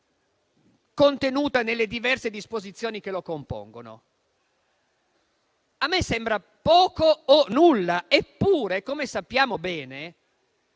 contenuta nelle diverse disposizioni che lo compongono? A me sembra poco o nulla; eppure, come sappiamo bene